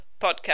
podcast